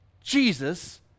Jesus